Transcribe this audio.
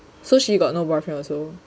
so she got no boyfriend also